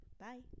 bye